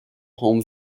home